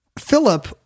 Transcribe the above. Philip